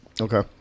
Okay